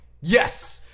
Yes